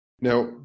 Now